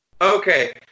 Okay